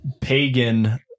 pagan